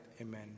Amen